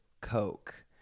Coke